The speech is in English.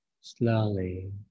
slowly